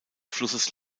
flusses